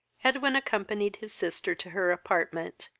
edwin accompanied his sister to her apartment,